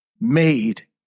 made